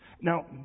Now